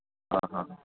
હા હા